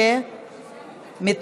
כולל חברת הכנסת שרן השכל,